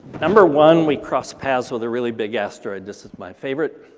number one we cross paths with a really big asteroid. this is my favorite.